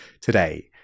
today